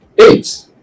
Eight